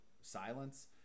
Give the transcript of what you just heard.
silence